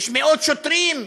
יש מאות שוטרים,